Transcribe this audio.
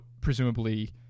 presumably